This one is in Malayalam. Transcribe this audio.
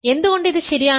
എന്തുകൊണ്ട് ഇത് ശരിയാണ്